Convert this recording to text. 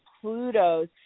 pluto's